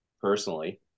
personally